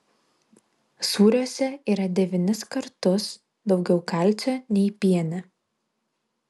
sūriuose yra devynis kartus daugiau kalcio nei piene